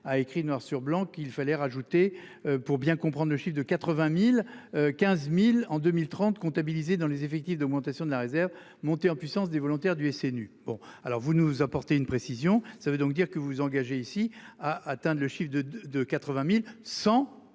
a écrit noir sur blanc qu'il fallait rajouter. Pour bien comprendre le chiffre de 80.015, 1000 en 2030 comptabilisés dans les effectifs d'augmentation de la réserve. Montée en puissance des volontaires du SNU. Bon, alors vous nous apporter une précision. Ça veut donc dire que vous engagez ici a atteint le chiffre de 80.100 les